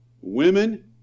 women